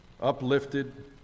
uplifted